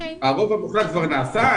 הרוב המוחלט כבר נעשה.